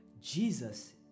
Jesus